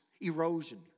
Erosion